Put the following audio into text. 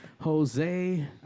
Jose